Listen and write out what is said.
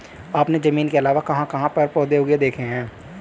आपने जमीन के अलावा कहाँ कहाँ पर पौधे उगे हुए देखे हैं?